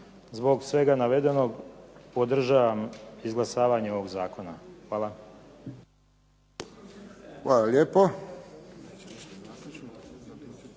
Zbog svega navedenog, podržavam izglasavanje ovog zakona. Hvala. **Friščić,